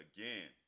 Again